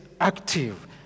active